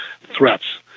threats